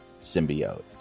symbiote